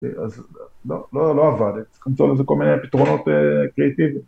לא, לא עבד. צריך למצוא לזה כל מיני פתרונות קריאיטיביים.